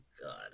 God